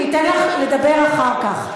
אני אתן לך לדבר אחר כך.